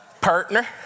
Partner